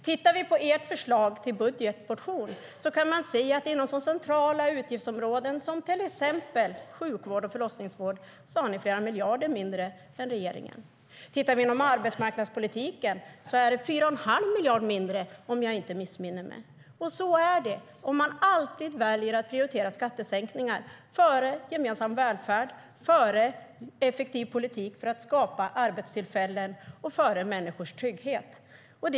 Tittar vi på ert förslag till budget kan vi se att ni inom så centrala utgiftsområden som till exempel sjukvård och förlossningsvård har flera miljarder mindre än regeringen. Tittar vi inom arbetsmarknadspolitiken ser vi att det är 4 1⁄2 miljard mindre, om jag inte missminner mig. Så är det om man alltid väljer att prioritera skattesänkningar före gemensam välfärd, före effektiv politik för att skapa arbetstillfällen och före människors trygghet.